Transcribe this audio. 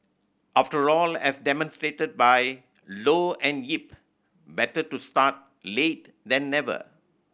after all as demonstrated by Low and Yip better to start late then never